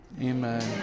Amen